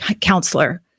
counselor